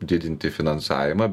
didinti finansavimą